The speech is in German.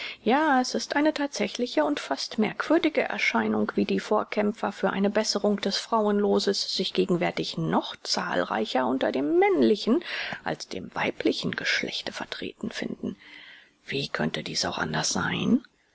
ja es ist eine thatsächliche und fast merkwürdige erscheinung wie die vorkämpfer für eine besserung des frauenlooses sich gegenwärtig noch zahlreicher unter dem männlichen als dem weiblichen geschlechte vertreten finden wie könnte dies auch anders sein